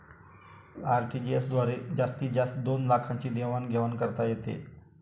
RTGS द्वारे जास्तीत जास्त दोन लाखांची देवाण घेवाण करता येते